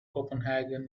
copenhagen